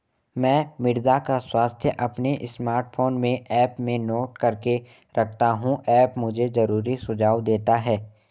मैं मृदा का स्वास्थ्य अपने स्मार्टफोन में ऐप में नोट करके रखता हूं ऐप मुझे जरूरी सुझाव देता है